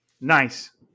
nice